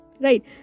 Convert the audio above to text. Right